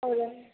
ಹೌದೇನು